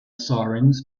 sirens